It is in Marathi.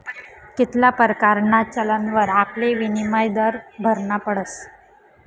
कित्ला परकारना चलनवर आपले विनिमय दर भरना पडस